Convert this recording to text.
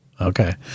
Okay